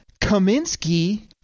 Kaminsky